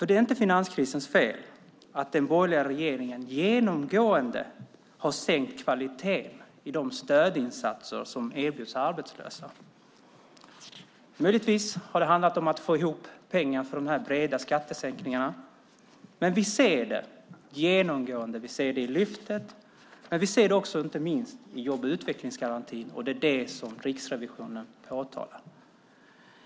Det är inte finanskrisens fel att den borgerliga regeringen genomgående har sänkt kvaliteten i de stödinsatser som erbjuds arbetslösa. Det har möjligtvis handlat om att få ihop pengar till de breda skattesänkningarna. Vi ser det genomgående. Vi ser det i Lyftet. Och vi ser det inte minst i jobb och utvecklingsgarantin, och det är det som Riksrevisionen påtalar.